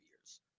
years